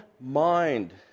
mind